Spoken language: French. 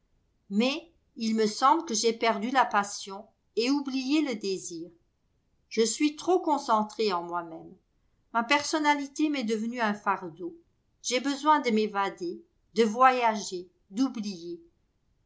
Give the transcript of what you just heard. mais il me semble que j'ai perdu la passion et oublié le désir je suis trop concentré en moi-même ma personnalité m'est devenue un fardeau j'ai besoin de m'évader de voyager d'oublier